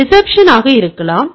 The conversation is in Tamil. எனவே இது டிசெப்சன் ஆக இருக்கலாம்